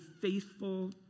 faithful